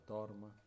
Torma